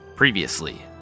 Previously